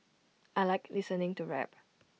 I Like listening to rap